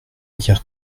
dire